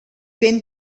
ben